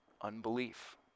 unbelief